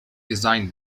designed